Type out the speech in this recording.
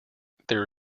there